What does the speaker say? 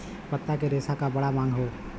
पत्ता के रेशा क बड़ा मांग हौ